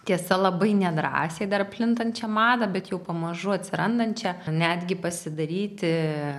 tiesa labai nedrąsiai dar plintančią madą bet jau pamažu atsirandančią netgi pasidaryti